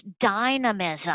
dynamism